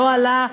לא עלה.